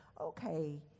okay